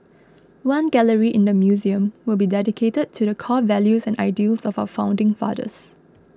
one gallery in the museum will be dedicated to the core values and ideals of our founding fathers